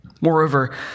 Moreover